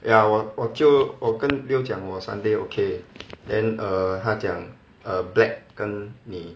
ya 我我就我跟 leo 讲我 sunday okay then err then 他讲 err black 跟你